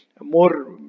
more